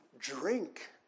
drink